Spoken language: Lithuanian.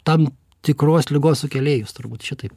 tam tikros ligos sukėlėjus turbūt šitaip